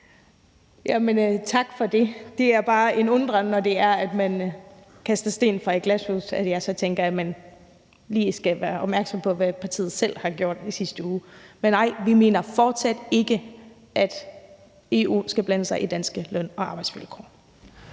Tak for det. Det er bare en undren herfra. Når man kaster sten fra et glashus, skal man især være opmærksom på, hvad ens parti selv har gjort i sidste uge, tænker jeg. Men nej, vi mener fortsat ikke, at EU skal blande sig i danske løn- og arbejdsvilkår.